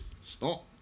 Stop